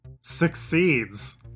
succeeds